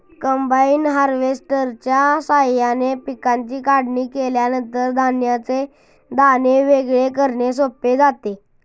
combine हार्वेस्टरच्या साहाय्याने पिकांची काढणी केल्यानंतर धान्याचे दाणे वेगळे करणे सोपे जाते